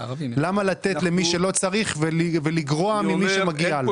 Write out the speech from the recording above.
למה לתת למי שלא צריך ולגרוע ממי שמגיע לו?